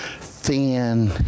thin